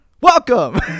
Welcome